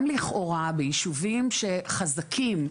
גם לכאורה ביישובים חזקים,